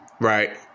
right